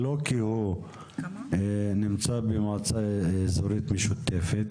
לא כי הוא נמצא במועצה אזורית משותפת,